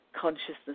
consciousness